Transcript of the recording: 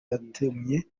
yatumye